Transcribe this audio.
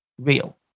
real